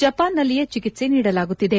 ಜಪಾನ್ನಲ್ಲಿಯೇ ಚಿಕಿತ್ಸೆ ನೀಡಲಾಗುತ್ತಿದೆ